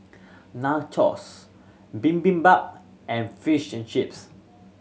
Nachos Bibimbap and Fish and Chips